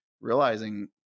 realizing